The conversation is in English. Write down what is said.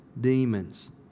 demons